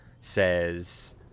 says